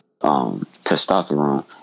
testosterone